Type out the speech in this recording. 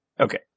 Okay